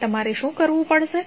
હવે તમારે શું કરવું પડશે